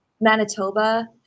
Manitoba